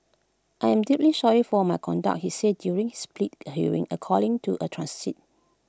I am deeply sorry for my conduct he said during plea hearing according to A transit